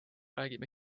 räägime